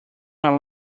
broke